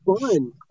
fun